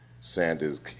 Sanders